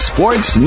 Sports